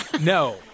No